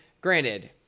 granted